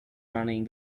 running